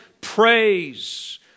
praise